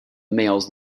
males